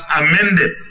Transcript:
amended